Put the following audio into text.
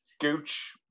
Gooch